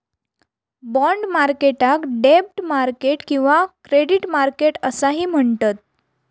bond मार्केटाक डेब्ट market किंवा क्रेडिट मार्केट असाही म्हणतत